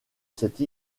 cette